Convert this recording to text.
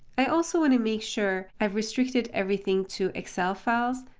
i also want to make sure i've restricted everything to excel files,